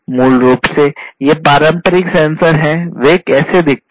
मूल रूप से ये पारंपरिक सेंसर हैं वे कैसे दिखते हैं